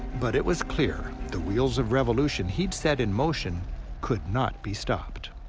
but it was clear, the wheels of revolution he'd set in motion could not be stopped.